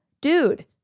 Dude